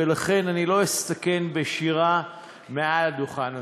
ולכן אני לא אסתכן בשירה מעל הדוכן הזה.